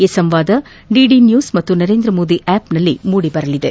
ಈ ಸಂವಾದ DD news ಮತ್ತು ನರೇಂದ್ರ ಮೋದಿ ಆಪ್ನಲ್ಲಿ ಮೂಡಿ ಬರಲಿದೆ